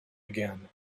again